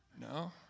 No